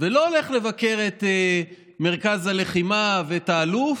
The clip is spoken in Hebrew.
ולא הולך לבקר את מרכז הלחימה ואת האלוף,